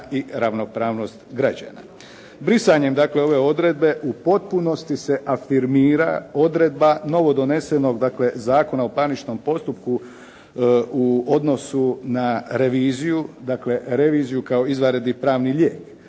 i ravnopravnost građana. Brisanjem, dakle ove odredbe u potpunosti se afirmira odredba novodonesenog, dakle Zakona o parničnom postupku u odnosu na reviziju, dakle reviziju kao izvanredni pravni lijek.